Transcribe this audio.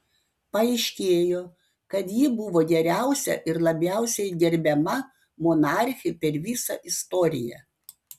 paaiškėjo kad ji buvo geriausia ir labiausiai gerbiama monarchė per visą istoriją